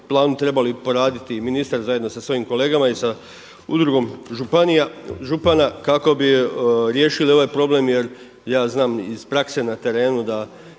Hvala vam